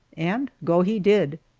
and go he did.